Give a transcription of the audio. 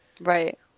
Right